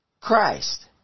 Christ